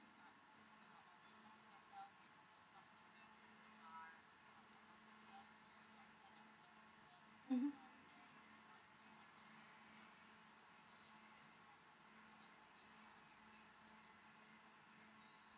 mmhmm